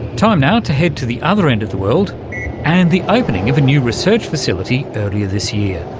time now to head to the other end of the world and the opening of a new research facility earlier this year.